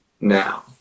now